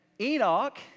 Enoch